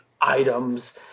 items